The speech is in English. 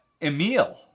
Emil